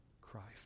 Christ